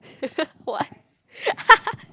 what